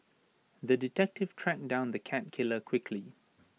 the detective tracked down the cat killer quickly